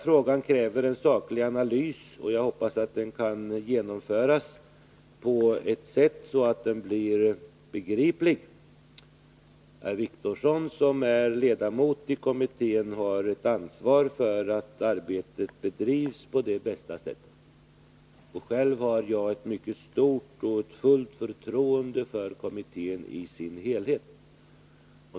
Frågan kräver en saklig analys, och jag hoppas att analysen kan genomföras på ett sådant sätt att det blir begripligt. Herr Wictorsson, som är ledamot av kommittén, har ansvar för att arbetet bedrivs på bästa sätt. Själv har jag ett mycket stort förtroende för kommittén i dess helhet.